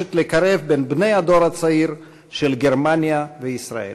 המבקשת לקרב בין בני הדור הצעיר של גרמניה וישראל.